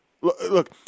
Look